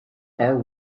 are